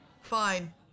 Fine